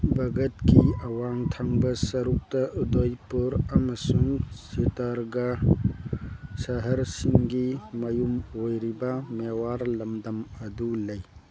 ꯕꯒꯠꯀꯤ ꯑꯋꯥꯡ ꯊꯪꯕ ꯁꯔꯨꯛꯇ ꯎꯗꯥꯏꯄꯨꯔ ꯑꯃꯁꯨꯡ ꯆꯤꯇꯥꯔꯒꯥꯔ ꯁꯍꯔꯁꯤꯡꯒꯤ ꯃꯌꯨꯝ ꯑꯣꯏꯔꯤꯕ ꯃꯤꯋꯥꯔ ꯂꯝꯗꯝ ꯑꯗꯨ ꯂꯩ